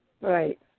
Right